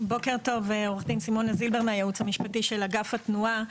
בוקר טוב, אני מהייעוץ המשפטי של אגף התנועה.